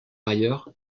ailleurs